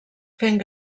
fent